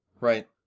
right